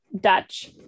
Dutch